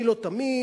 אני לא תמים,